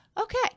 Okay